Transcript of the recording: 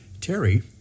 Terry